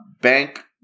Bank